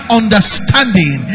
understanding